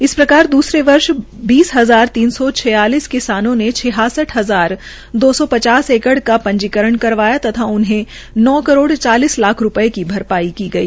इस प्रकार दूसरे वर्ष बीस हजार तीन सौ छियालीस किसानों ने छियासठ हजार दो सौ पचास एकड़ की पंजीकरण करवाया तथा उन्हें नौ करोड़ चालीस लाख रूपये की भरपाई की गई